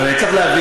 והוא בדק את זה,